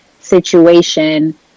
situation